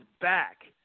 back